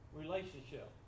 relationship